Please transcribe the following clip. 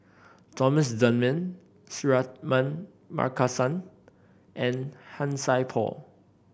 Thomas Dunman Suratman Markasan and Han Sai Por